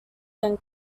than